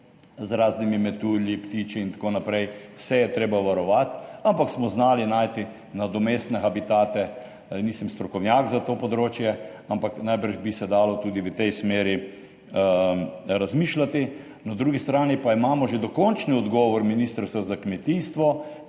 z raznimi metulji, ptiči in tako naprej, vse je treba obvarovati, ampak smo znali najti nadomestne habitate. Nisem strokovnjak za to področje, ampak najbrž bi se dalo tudi v tej smeri razmišljati. Na drugi strani pa imamo že dokončni odgovor ministrstva za kmetijstvo,